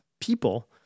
people